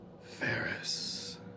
Ferris